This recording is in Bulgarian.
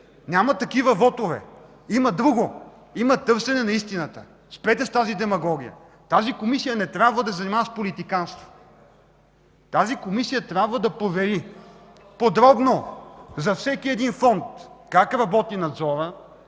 Няма такива вотове. Има друго – има търсене на истината. Спрете с тази демагогия! Тази Комисия не трябва да се занимава с политиканство. Тя трябва да провери подробно за всеки фонд как работи надзорът,